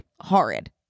Horrid